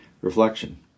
Reflection